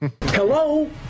Hello